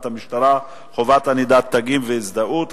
המשטרה (חובת ענידת תגים והזדהות),